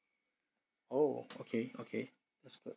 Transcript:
oh okay okay that's good